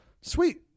Sweet